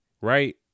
right